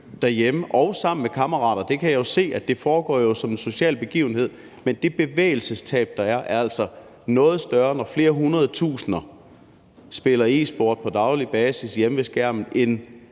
både alene og sammen med kammerater, for jeg kan jo se, at det foregår som en social begivenhed – altså er noget større, når flere hundredtusinder spiller e-sport på daglig basis hjemme ved skærmen, end